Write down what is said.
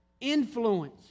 influence